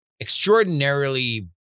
extraordinarily